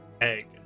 egg